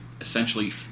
essentially